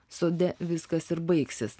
sode viskas ir baigsis